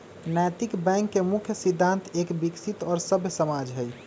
नैतिक बैंक के मुख्य सिद्धान्त एक विकसित और सभ्य समाज हई